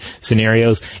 scenarios